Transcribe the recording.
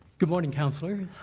good morning, councillors.